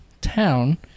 town